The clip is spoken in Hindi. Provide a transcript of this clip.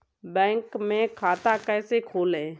बैंक में खाता कैसे खोलें?